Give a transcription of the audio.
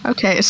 Okay